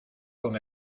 con